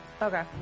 Okay